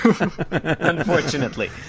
Unfortunately